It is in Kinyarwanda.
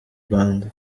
rwanda